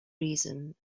reason